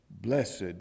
blessed